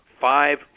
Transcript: five